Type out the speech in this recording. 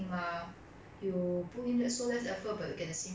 ya but !aiya! 这种人 is like